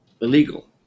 illegal